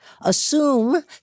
assume